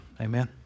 Amen